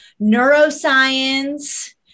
neuroscience